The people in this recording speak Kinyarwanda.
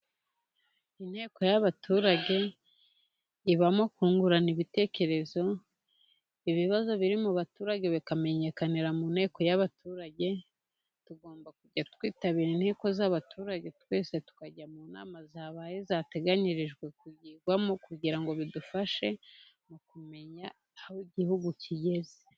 Inteko y'abaturage ibamo kungurana ibitekerezo, ibibazo biri mu baturage bikamenyekanira mu nteko y'abaturage. Tugomba kujya twitabira inkiko z'abaturage twese tukajya mu nama zabaye, zateganyirijwe kugirwamo, kugira ngo bidufashe mu kumenya aho igihugu kigeze.